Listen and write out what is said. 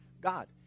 God